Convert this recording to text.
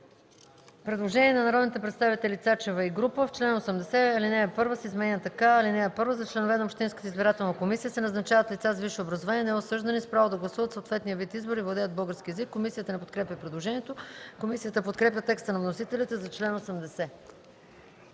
група народни представители: В чл. 80 ал. 1 се изменя така: „(1) За членове на общинската избирателна комисия се назначават лица с висше образование, неосъждани с право да гласуват на съответния вид избори и владеят български език. ” Комисията не подкрепя предложението. Комисията подкрепя текста на вносителите за чл. 80.